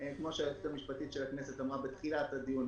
כמו שאמרה היועצת המשפטית בתחילת הדיון,